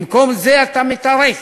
במקום זה אתה מתרץ,